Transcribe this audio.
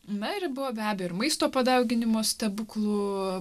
na ir buvo be abejo ir maisto padauginimo stebuklų